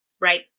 Right